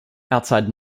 outside